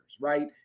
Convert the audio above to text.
right